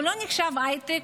הוא לא נחשב הייטק,